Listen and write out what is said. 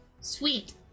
Sweet